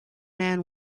man